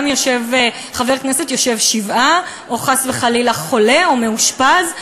חבר כנסת יושב שבעה, או חס וחלילה חולה או מאושפז.